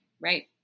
Right